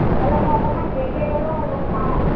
তেতিয়াহ'লে মই অকণমান দেৰিকৈ গ'লেও লগ পাম আৰু